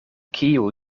kiu